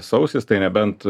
sausis tai nebent